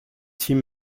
tim